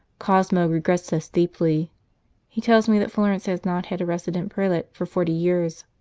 cosmo regrets this deeply he tells me that florence has not had a resident prelate for forty years,